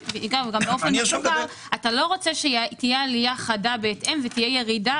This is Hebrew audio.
ואתה לא רוצה שתהיה עלייה חדה בהתאם ותהיה ירידה,